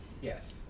Yes